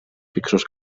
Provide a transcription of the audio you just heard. fixos